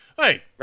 Hey